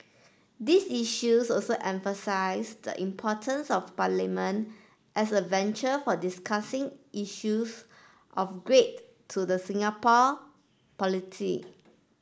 these issues also emphasise the importance of parliament as a venture for discussing issues of great to the Singapore polity